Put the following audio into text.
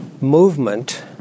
movement